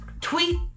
Tweet